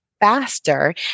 faster